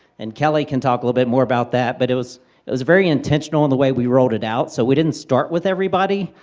and kelly can talk a little bit more about that, but it was it was very intentional and the way we rolled it out. so we didn't start with everybody,